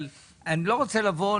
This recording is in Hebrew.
ילכו